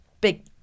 big